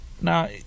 Now